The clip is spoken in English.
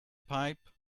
pipe